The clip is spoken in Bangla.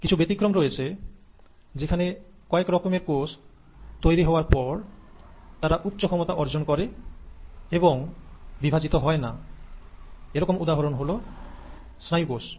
কিছু ব্যতিক্রম রয়েছে যেখানে কয়েক রকমের কোষ তৈরি হওয়ার পর তারা উচ্চ ক্ষমতা অর্জন করে এবং বিভাজন হয় না এরকম উদাহরণ হল স্নায়ুকোষ